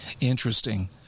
Interesting